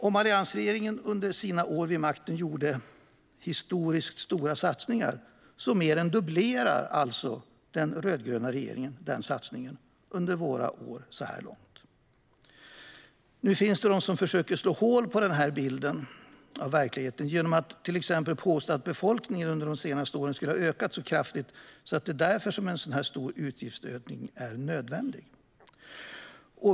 Om alliansregeringen under sina år vid makten gjorde historiskt stora satsningar mer än dubblerar alltså den rödgröna regeringen den satsningen under våra år så här långt. Det finns de som försöker att slå hål på den här bilden av verkligheten genom att påstå att befolkningen under de senaste åren har ökat så kraftigt att det är därför som en så stor utgiftsökning är nödvändig.